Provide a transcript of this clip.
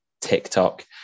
TikTok